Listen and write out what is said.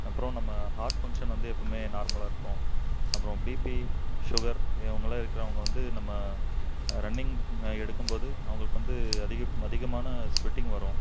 அப்புறம் நம்ம heart function வந்து எப்போவுமே நார்மலாக இருக்கும் அப்புறம் பிபி ஷுகர் இவங்கள்லாம் இருக்கிறவங்க வந்து நம்ம ரன்னிங் எடுக்கும்போது அவங்களுக்கு வந்து அதிகப் அதிகமான ஸ்வெட்டிங் வரும்